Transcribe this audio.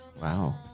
Wow